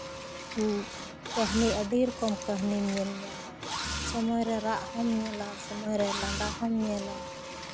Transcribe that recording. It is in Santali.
ᱠᱟᱹᱦᱱᱤ ᱟᱹᱰᱤ ᱨᱚᱠᱚᱢ ᱠᱟᱹᱦᱱᱤᱢ ᱧᱮᱞ ᱧᱟᱢᱟ ᱥᱚᱢᱚᱭ ᱨᱮ ᱨᱟᱜ ᱦᱚᱸᱢ ᱧᱮᱞᱟ ᱥᱚᱢᱚᱭ ᱨᱮ ᱞᱟᱸᱫᱟ ᱦᱚᱸᱢ ᱧᱮᱞᱟ